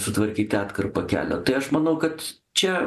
sutvarkyti atkarpą kelio tai aš manau kad čia